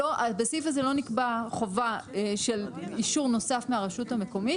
בסעיף הזה לא נקבעת חובה של אישור נוסף מהרשות המקומית.